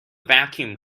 vacuum